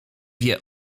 wie